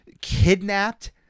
kidnapped